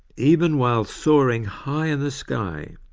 even while soaring high in the sky,